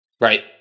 right